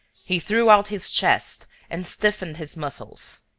he threw out his chest and stiffened his muscles.